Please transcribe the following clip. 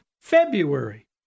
February